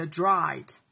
dried